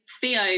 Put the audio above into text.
Theo